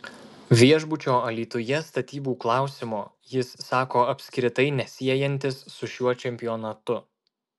viešbučio alytuje statybų klausimo jis sako apskritai nesiejantis su šiuo čempionatu